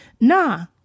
Nah